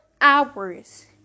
hours